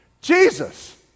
Jesus